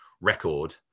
record